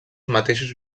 mateixos